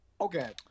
Okay